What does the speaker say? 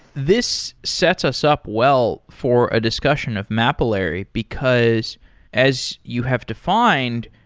this sets us up well for a discussion of mapillary, because as you have defined,